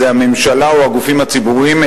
שזה הממשלה או הגופים הציבוריים,